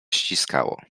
ściskało